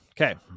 okay